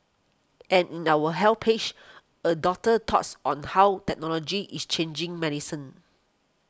and in our Health page a doctor's thoughts on how technology is changing medicine